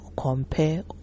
compare